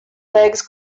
legs